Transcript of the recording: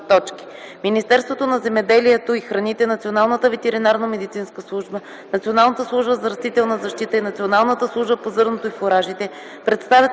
Министерството на земеделието и храните, Националната ветеринарномедицинска служба, Националната служба за растителна защита и Националната служба по зърното и фуражите представят